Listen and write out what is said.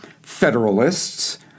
federalists